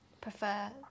prefer